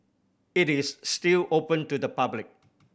it is still open to the public